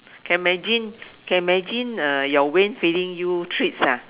can imagine can imagine uh your Wayne feeding you treats ah